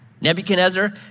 Nebuchadnezzar